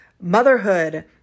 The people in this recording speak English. motherhood